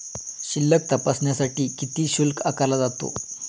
शिल्लक तपासण्यासाठी किती शुल्क आकारला जातो?